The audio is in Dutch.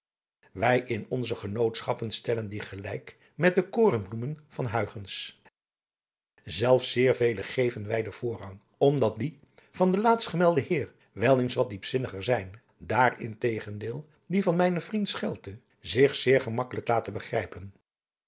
wij in onze genootschappen stellen die gelijk met de korenbloemen van huigens zelfs zeer vele geven wij den voorrang om dat die van den laatstgemelden heer wel eens wat diepzinniger zijn daar integendeel die van mijnen vriend schelte zich zeer gemakkelijk laten begrijpen